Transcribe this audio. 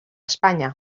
espanya